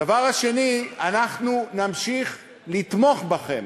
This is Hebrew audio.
הדבר השני, אנחנו נמשיך לתמוך בכם